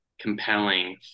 compelling